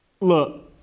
Look